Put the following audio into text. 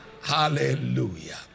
Hallelujah